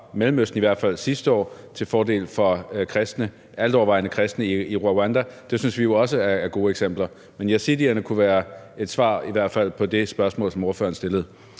Mellemøsten, i hvert fald sidste år, til fordel for altovervejende kristne i Rwanda. Det synes vi jo også er gode eksempler. Men yazidierne kunne i hvert fald være et svar på det spørgsmål, ordføreren stillede.